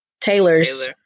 Taylor's